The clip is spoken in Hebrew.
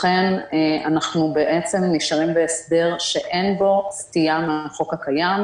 לכן אנחנו נשארים בהסדר שאין בו סטייה מהחוק הקיים,